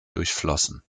durchflossen